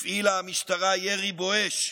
הפעילה המשטרה ירי בואש,